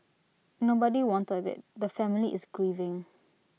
nobody wanted IT the family is grieving